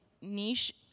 niche